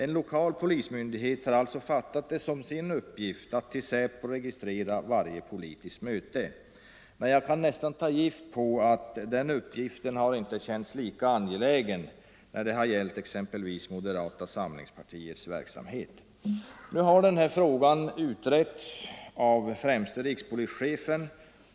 En lokal polismyndighet hade alltså fattat det som sin uppgift att till SÄPO registrera varje politiskt möte. Men jag kan nästan ta gift på att den uppgiften inte har känts lika angelägen när det har gällt exempelvis moderata samlingspartiets verksamhet. Nu har den här frågan utretts av själve rikspolischefen.